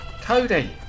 Cody